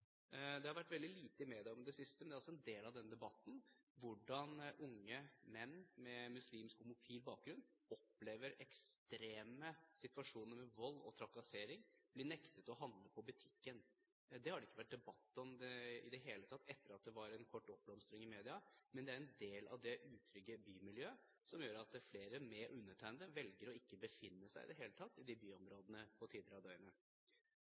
det er moralpolitiet. Det har vært veldig lite i media om det i det siste, men det er også en del av denne debatten hvordan unge homofile menn med muslimsk bakgrunn opplever ekstreme situasjoner med vold og trakassering og blir nektet å handle på butikken. Det har det ikke vært debatt om i det hele tatt etter at det var en kort oppblomstring i media, men det er en del av det utrygge bymiljøet som gjør at flere, med undertegnede, velger ikke å befinne seg i de byområdene på tider av døgnet.